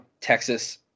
Texas